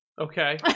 Okay